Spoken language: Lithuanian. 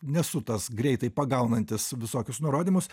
nesu tas greitai pagaunantis visokius nurodymus